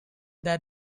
that